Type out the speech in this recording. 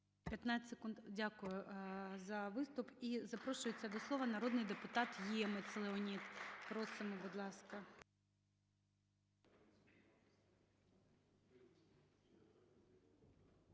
15 секунд. Дякую за виступ. І запрошується до слова народний депутат Ємець Леонід. Просимо, будь ласка.